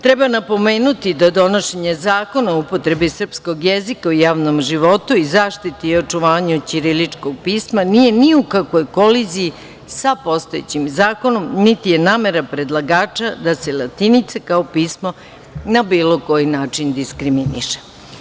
Treba napomenuti da donošenja zakona o upotrebi srpskog jezika u javnom životu i zaštiti i očuvanju ćiriličkog pisma nije ni u kakvoj koliziji sa postojećim zakonom, niti je namera predlagača da se latinica kao pismo na bilo koji način diskriminiše.